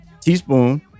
Teaspoon